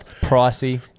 pricey